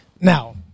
Now